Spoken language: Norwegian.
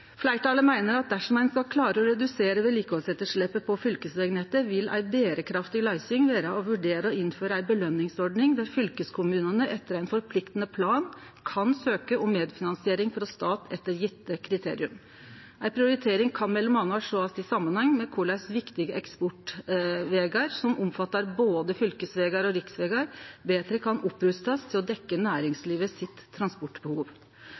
Fleirtalet meiner at dersom ein skal klare å redusere vedlikehaldsetterslepet på fylkesvegnettet, vil ei berekraftig løysing vere å vurdere å innføre ei påskjøningsordning der fylkeskommunane etter ein forpliktande plan kan søkje om medfinansiering frå staten etter gjevne kriterium. Ei prioritering kan m.a. sjåast i samanheng med korleis viktige eksportvegar, som omfattar både fylkesvegar og riksvegar, betre kan rustast opp til å